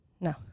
No